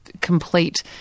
complete